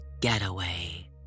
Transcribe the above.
getaway